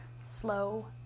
slow